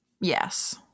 Yes